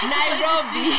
Nairobi